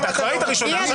אתה כבר היית ראשונה.